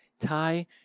Tie